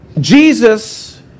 Jesus